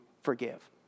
forgive